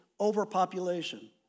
overpopulation